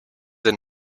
and